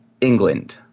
England